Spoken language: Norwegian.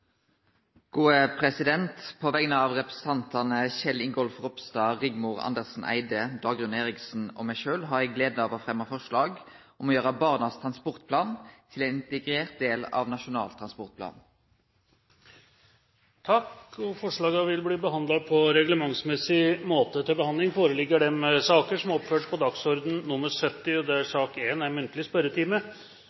På vegner av representantane Kjell Ingolf Ropstad, Rigmor Andersen Eide, Dagrun Eriksen og meg sjølv har eg gleda av å fremje forslag om å gjere Barnas transportplan til ein integrert del av Nasjonal transportplan. Forslagene vil bli behandlet på reglementsmessig måte. Stortinget mottok onsdag 4. april meddelelse fra Statsministerens kontor om at statsrådene Sigbjørn Johnsen, Anniken Huitfeldt og